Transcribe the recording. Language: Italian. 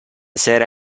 sera